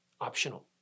optional